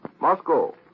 Moscow